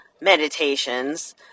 meditations